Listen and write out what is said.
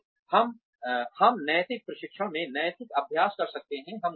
हम नैतिक प्रशिक्षण में नैतिक अभ्यास कर सकते हैं